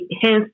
hence